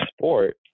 sport